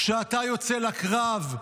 כשאתה יוצא לקרב,